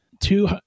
Two